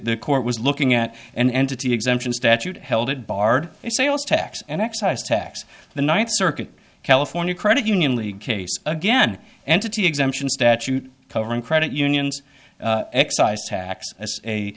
the court was looking at an entity exemption statute held it barred sales tax and excise tax the ninth circuit california credit union league case again entity exemption statute covering credit unions excise tax a